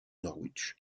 norwich